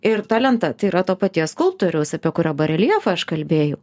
ir ta lenta tai yra to paties skulptoriaus apie kurio bareljefą aš kalbėjau